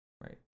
right